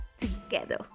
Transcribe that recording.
together